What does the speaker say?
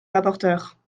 rapporteure